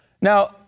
Now